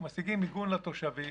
אנחנו משיגים מיגון לתושבים,